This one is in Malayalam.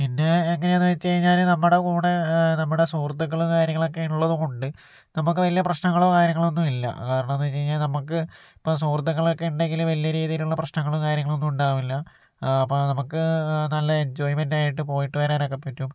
പിന്നെ എങ്ങനെയാന്ന് വച്ച് കഴിഞ്ഞാല് നമ്മുടെ കൂടെ നമ്മുടെ സുഹൃത്തുക്കളും കാര്യങ്ങളക്കെ ഇള്ളത് കൊണ്ട് നമുക്ക് വലിയ പ്രശ്നങ്ങളോ കാര്യങ്ങളോ ഒന്നും ഇല്ല കാരണം എന്താന്ന് വച്ച് കഴിഞ്ഞാ നമ്മുക്ക് ഇപ്പോൾ സുഹൃത്തുക്കളക്കെ ഉണ്ടെങ്കിൽ വലിയ രീതിലൊള്ള പ്രശ്നങ്ങളും കാര്യങ്ങളൊന്നും ഉണ്ടാവില്ല ആ അപ്പോൾ നമുക്ക് നല്ല എൻജോയ്മെന്റായിട്ട് പോയിട്ട് വരാനൊക്കെ പറ്റും